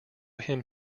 him